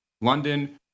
London